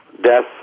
death